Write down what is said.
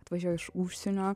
atvažiuoja iš užsienio